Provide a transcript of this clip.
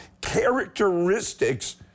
characteristics